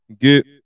get